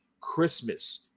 Christmas